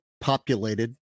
populated